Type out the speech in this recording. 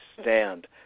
stand